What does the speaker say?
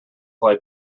clay